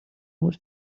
بود